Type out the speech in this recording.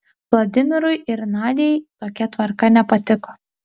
vladimirui ir nadiai tokia tvarka nepatiko